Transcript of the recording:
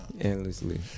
endlessly